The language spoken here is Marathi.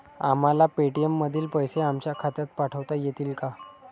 आम्हाला पेटीएम मधील पैसे आमच्या खात्यात पाठवता येतील का?